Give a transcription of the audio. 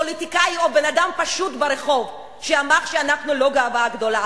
פוליטיקאי או בן-אדם פשוט ברחוב שאמר שאנחנו לא גאווה גדולה.